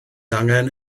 angen